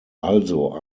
also